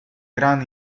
gran